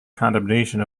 condemnation